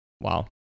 Wow